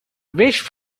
wished